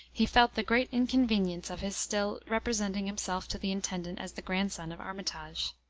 he felt the great inconvenience of his still representing himself to the intendant as the grandson of armitage.